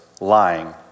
lying